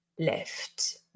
left